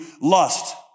lust